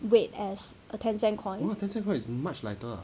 weight as a ten cent coin